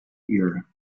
ear